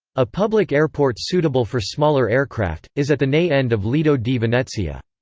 a public airport suitable for smaller aircraft, is at the ne end of lido di venezia.